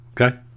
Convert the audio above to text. Okay